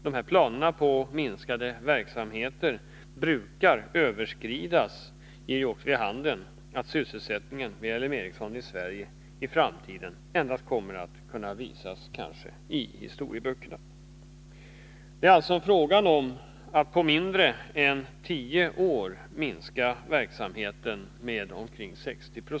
Dessa planer på minskade verksamheter brukar överskridas, och det ger vid handen att sysselsättningen vid L M Ericsson i Sverige i framtiden endast kommer att visa sig i historieböckerna. Det är alltså fråga om att på mindre än tio år minska verksamheten med ca 60 90.